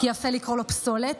כי יפה לקרוא לו פסולת,